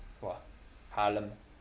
!wah! harlem